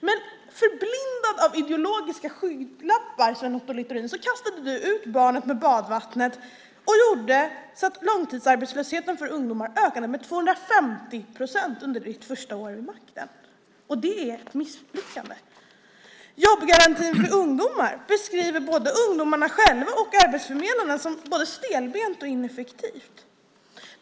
Men förblindad av ideologiska skygglappar kastade du, Sven Otto Littorin, ut barnet med badvattnet och gjorde så att långtidsarbetslösheten för ungdomar ökade med 250 procent under ditt första år vid makten. Det är ett misslyckande. Jobbgarantin för ungdomar beskrivs av både ungdomarna själva och arbetsförmedlarna som stelbent och ineffektiv.